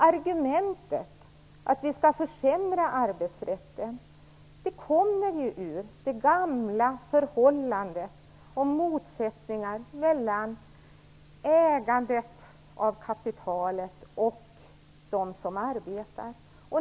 Argumentet att vi skall försämra arbetsrätten härrör ur gamla motsättningar mellan ägandet av kapitalet och de arbetande.